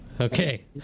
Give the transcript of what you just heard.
Okay